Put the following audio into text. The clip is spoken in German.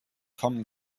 kommen